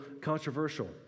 controversial